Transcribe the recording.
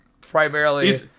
primarily